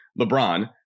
LeBron